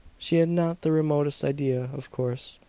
she had not the remotest idea, of course,